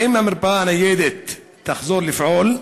2. האם המרפאה הניידת תחזור לפעול?